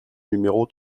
numéro